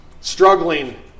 Struggling